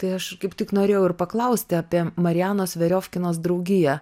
tai aš kaip tik norėjau ir paklausti apie marianos veriofkinos draugiją